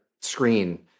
screen